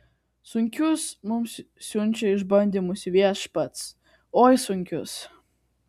sunkius mums siunčia išbandymus viešpats oi sunkius